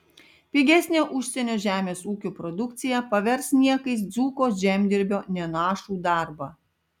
pigesnė užsienio žemės ūkio produkcija pavers niekais dzūko žemdirbio nenašų darbą